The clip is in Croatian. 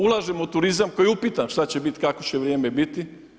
Ulažemo u turizam koji je upitan šta će biti, kakvo će vrijeme biti.